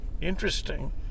interesting